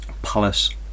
Palace